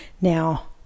Now